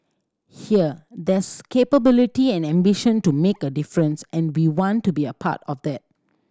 here there's capability and ambition to make a difference and we want to be a part of that